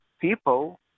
people